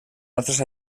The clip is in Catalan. nostres